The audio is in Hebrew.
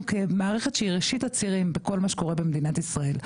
מערכת שהיא ראשית הצירים בכל מה שקורה במדינת ישראל,